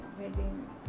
wedding